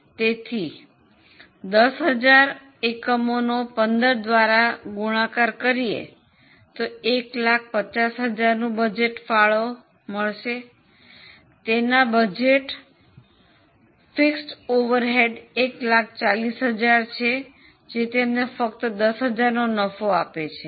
તેથી 10000 એકમોને 15 દ્વારા ગુણાકાર કરીયે તો 150000 નું બજેટ ફાળો મળશે તેમના બજેટ સ્થિર પરોક્ષ 140000 છે જે તેમને ફક્ત 10000 નો નફો આપે છે